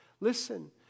Listen